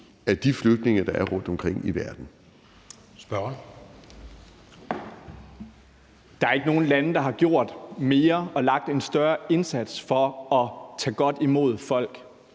Kl. 19:15 Mikkel Bjørn (DF): Der er ikke nogen lande, der har gjort mere og lagt en større indsats for at tage godt imod folk,